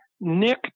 Nick